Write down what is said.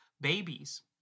babies